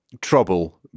trouble